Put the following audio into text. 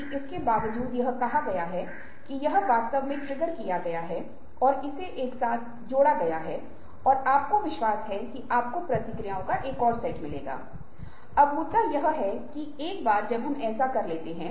और जैसा कि हम पहले कहते हैं उसी तरह की कुछ वस्तुओं को ध्यान में रखते हैं